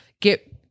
get